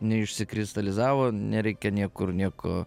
neišsikristalizavo nereikia niekur nieko